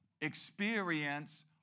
experience